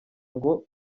ngo